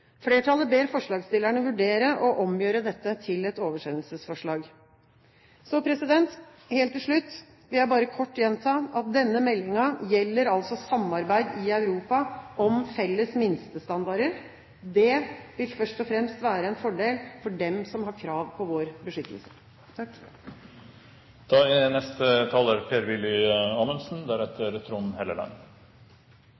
Flertallet ber forslagsstillerne vurdere å omgjøre dette til et oversendelsesforslag. Helt til slutt vil jeg bare kort gjenta at denne meldingen altså gjelder samarbeid i Europa om felles minstestandarder. Det vil først og fremst være en fordel for dem som har krav på vår beskyttelse. Meld. St. 9 er